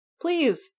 Please